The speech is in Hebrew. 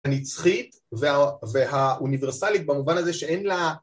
הנצחית והאוניברסלית במובן הזה שאין לה